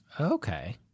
Okay